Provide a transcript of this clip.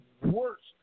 worst